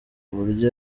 uburyo